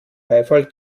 beifall